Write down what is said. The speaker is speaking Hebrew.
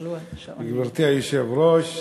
גברתי היושבת-ראש,